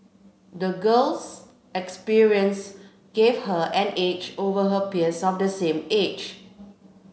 the girl's experiences gave her an edge over her peers of the same age